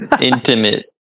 intimate